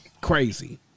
Crazy